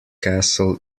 castle